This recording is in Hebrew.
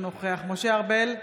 אינו נוכח משה ארבל,